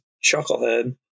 chucklehead